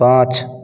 पाँच